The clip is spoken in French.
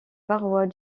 parois